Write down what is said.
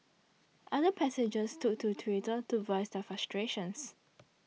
other passengers took to Twitter to voice their frustrations